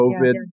COVID